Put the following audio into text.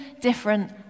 different